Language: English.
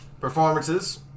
performances